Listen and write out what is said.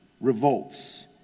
revolts